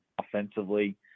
offensively